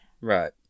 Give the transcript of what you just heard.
Right